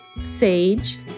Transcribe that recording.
Sage